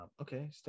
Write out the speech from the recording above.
Okay